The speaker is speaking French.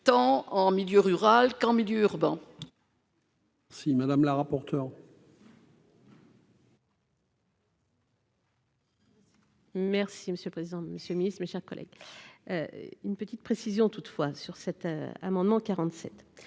tant en milieu rural qu'en milieu urbain. Si Madame la rapporteure. Merci monsieur le président, Monsieur le Ministre, mes chers collègues, une petite précision toutefois sur cet amendement 47